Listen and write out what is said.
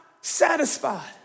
satisfied